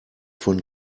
von